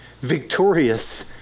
victorious